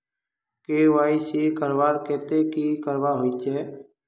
KYC करवार केते की करवा होचए?